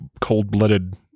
cold-blooded